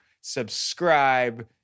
subscribe